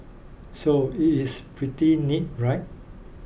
so it is pretty neat right